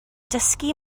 dysgu